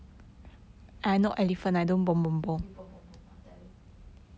you I tell you